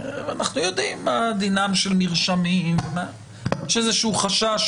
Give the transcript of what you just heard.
ואנחנו הרי יודעים מה דינם של מרשמים ושיש איזשהו חשש